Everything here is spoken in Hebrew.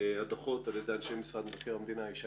הדוחות על ידי מנכ"ל משרד מבקר המדינה, בבקשה.